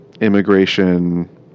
immigration